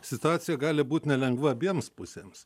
situacija gali būt nelengva abiems pusėms